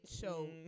show